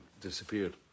disappeared